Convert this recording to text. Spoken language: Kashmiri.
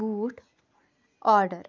بوٗٹھ آڈر